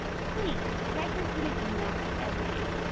please check your student email everyday!